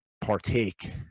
partake